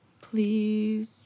please